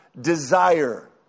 Desire